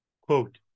Quote